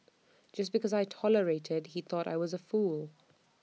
just because I tolerated he thought I was A fool